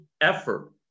effort